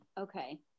okay